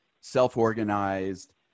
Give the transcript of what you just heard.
self-organized